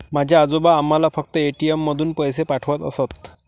माझे आजोबा आम्हाला फक्त ए.टी.एम मधून पैसे पाठवत असत